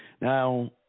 Now